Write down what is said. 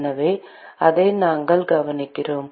எனவே அதை நாம்கவனிக்கிறோம்